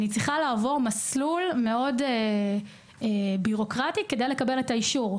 אני צריכה לעבור מסלול מאוד בירוקרטי כדי לקבל את האישור.